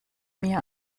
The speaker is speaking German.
mir